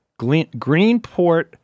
Greenport